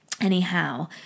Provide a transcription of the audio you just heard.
anyhow